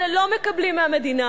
והאנשים האלה לא מקבלים מהמדינה,